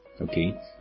Okay